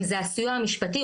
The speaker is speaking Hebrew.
אם זה הסיוע המשפטי,